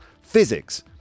physics